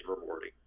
rewarding